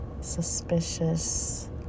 suspicious